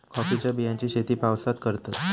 कॉफीच्या बियांची शेती पावसात करतत